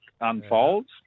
unfolds